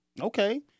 Okay